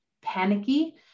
panicky